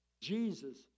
Jesus